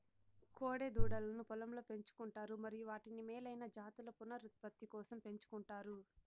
కోడె దూడలను పొలంలో పెంచు కుంటారు మరియు వాటిని మేలైన జాతుల పునరుత్పత్తి కోసం పెంచుకుంటారు